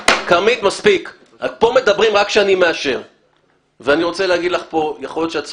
אני רוצה להגיד לך פה, יכול להיות שאת צודקת.